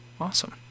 awesome